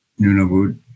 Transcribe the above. Nunavut